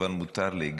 אבל מותר לי,